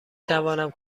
توانم